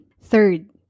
Third